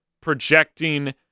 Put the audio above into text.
projecting